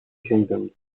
kingdom